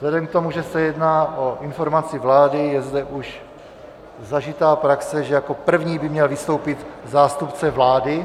Vzhledem k tomu, že se jedná o informaci vlády, je zde už zažitá praxe, že jako první by měl vystoupit zástupce vlády.